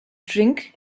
drink